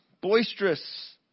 boisterous